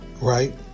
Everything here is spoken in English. right